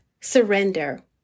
surrender